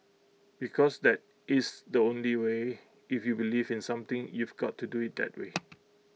because that is the only way if you believe in something you've got to do IT that way